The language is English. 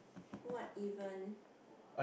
what even